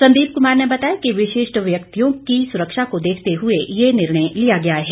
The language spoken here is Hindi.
संदीप कुमार ने बताया कि विशिष्ठ व्यक्तिों की सुरक्षा को देखते हुए ये निर्णय लिया गया है